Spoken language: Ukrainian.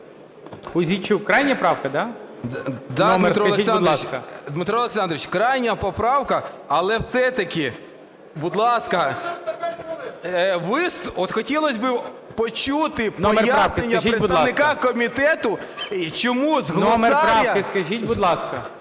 крайня поправка. Але все-таки, будь ласка, от хотілось би почути пояснення представника комітету, чому з глосарію…